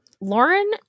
Lauren